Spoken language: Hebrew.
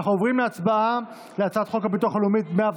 אנחנו עוברים להצעת חוק הביטוח הלאומי (תיקון,